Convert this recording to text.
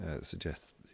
suggest